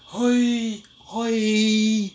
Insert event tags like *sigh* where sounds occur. *noise*